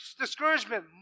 Discouragement